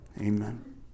Amen